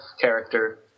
character